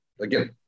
again